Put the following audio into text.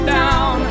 down